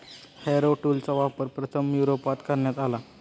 Harrow टूलचा वापर प्रथम युरोपात करण्यात आला